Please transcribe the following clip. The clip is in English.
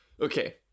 okay